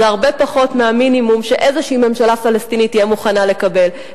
זה הרבה פחות מהמינימום שאיזו ממשלה פלסטינית תהיה מוכנה לקבל.